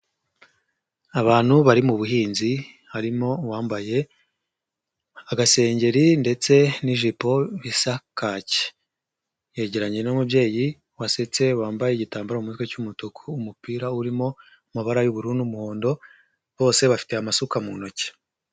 Abantu bari mu buhinzi ,harimo uwambaye agasengeri ndetse n'ijipo bisa kacye. Yegeranye n'umubyeyi wasetse wambaye igitambaro mu mutwe cy'umutuku umupira urimo amabara y'ubururu n'umuhondo bose bafite amasuka mu ntoki.